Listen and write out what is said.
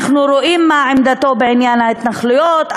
אנחנו רואים מה עמדתו בעניין ההתנחלויות,